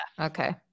okay